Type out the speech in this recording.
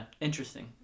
Interesting